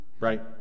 right